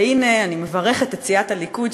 והנה אני מברכת את סיעת הליכוד,